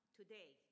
today